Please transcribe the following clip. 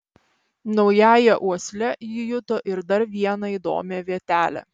naująja uosle ji juto ir dar vieną įdomią vietelę